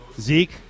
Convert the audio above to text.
Zeke